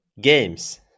Games